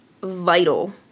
vital